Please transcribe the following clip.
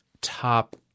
top